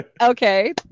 Okay